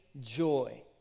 joy